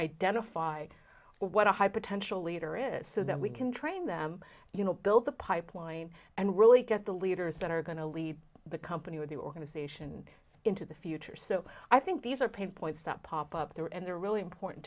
identify what a high potential leader is so that we can train them you know build the pipeline and really get the leaders that are going to lead the company with the organization into the future so i think these are pain points that pop up there and they're really important